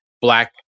black